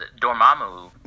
Dormammu